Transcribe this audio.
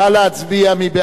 נא להצביע.